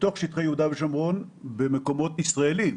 בתוך שטחי יהודה ושומרון במקומות ישראליים,